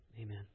Amen